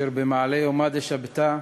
אשר במעלי יומא דשבתא,